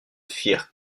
firent